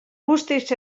guztiz